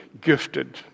gifted